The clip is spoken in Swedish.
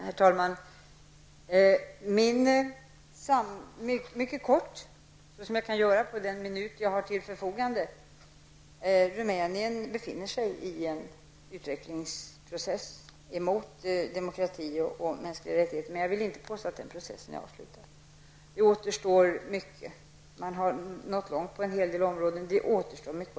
Herr talman! Jag kan mycket kort redogöra för min uppfattning under den minut jag har till förfogande. Rumänien befinner sig i en utvecklingsprocess mot demokrati och mänskliga rättigheter. Jag vill inte påstå att den processen är avslutad. Man har kommit långt på en del områden, men det återstår mycket.